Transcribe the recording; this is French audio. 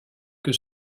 que